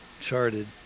charted